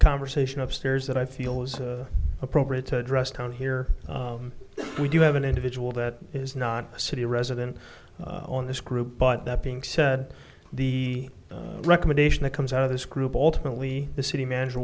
conversation upstairs that i feel was the appropriate address down here we do have an individual that is not a city resident on this group but that being said the recommendation that comes out of this group ultimately the city manager